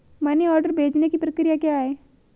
Money order भेजने की प्रक्रिया क्या है?